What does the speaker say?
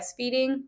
breastfeeding